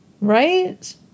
right